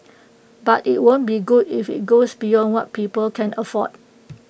but IT won't be good if IT goes beyond what people can afford